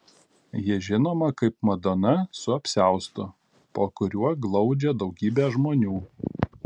ji žinoma kaip madona su apsiaustu po kuriuo glaudžia daugybę žmonių